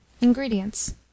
Ingredients